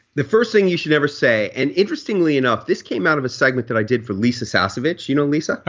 the first thing you should never say and interestingly enough, this came out of a segment that i did for lisa sasevich, you know lisa?